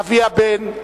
אבי הבן,